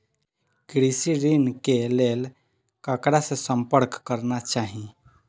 कृषि ऋण के लेल ककरा से संपर्क करना चाही?